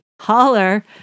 Holler